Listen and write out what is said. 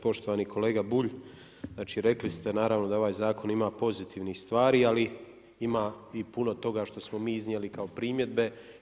Poštovani kolega Bulj, znači rekli ste naravno da ovaj zakon ima pozitivnih stvari ali ima i puno toga što smo mi iznijeli kao primjedbe.